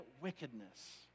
wickedness